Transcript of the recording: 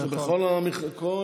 זה בכל המקומות,